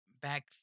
back